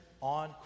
on